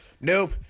nope